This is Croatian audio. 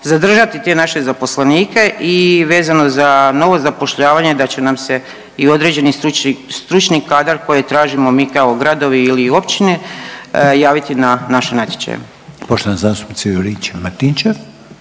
zadržati te naše zaposlenike i vezano za novo zapošljavanje da će nas se i određeni stručni kadar koji tražimo mi kao gradovi ili općine, javiti na naše natječaje.